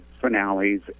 finales